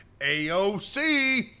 aoc